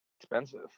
expensive